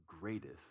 greatest